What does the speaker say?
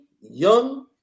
young